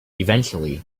eventually